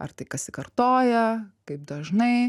ar tai kasikartoja kaip dažnai